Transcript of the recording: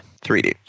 3D